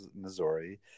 Missouri